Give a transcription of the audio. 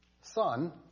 Son